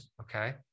okay